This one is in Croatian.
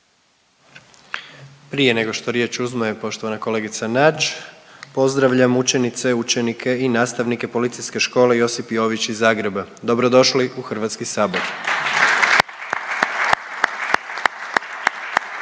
Prije nego što riječ uzme poštovana kolegica Nađ, pozdravljam učenice i učenike i nastavnike Policijske škole Josip Jović iz Zagreba. Dobrodošli u Hrvatski sabor.